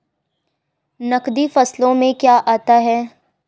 नकदी फसलों में क्या आता है?